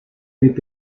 mit